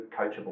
coachable